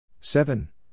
seven